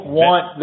want